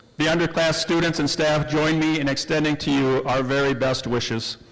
the underclass students and staff join me in extending to you our very best wishes.